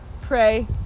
Pray